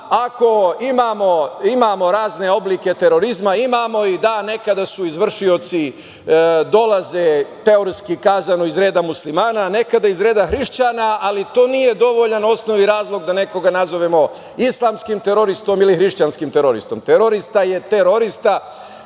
ako imamo razne oblike terorizma, imamo i, da, nekada su izvršioci, dolaze, teretski kazano, iz reda muslimana, nekada iz reda hrišćana, ali to nije dovoljan osnov i razlog da nekoga nazovemo islamskim teroristom ili hrišćanskim teroristom.